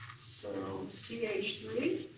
so c h three.